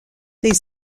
les